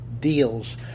deals